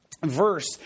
verse